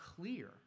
clear